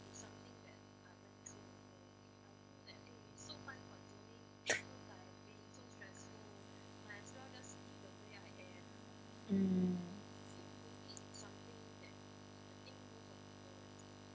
mm